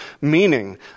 meaning